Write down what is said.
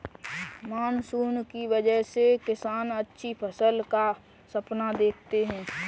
monsoon की वजह से किसान अच्छी फसल का सपना देखते हैं